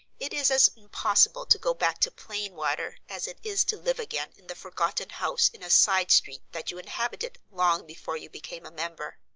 it is as impossible to go back to plain water as it is to live again in the forgotten house in a side street that you inhabited long before you became a member.